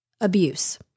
abuse –